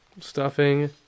stuffing